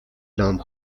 لامپ